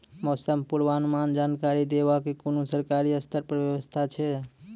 मौसम पूर्वानुमान जानकरी देवाक कुनू सरकारी स्तर पर व्यवस्था ऐछि?